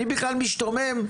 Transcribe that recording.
אני משתומם,